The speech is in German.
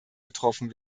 getroffen